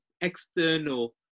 external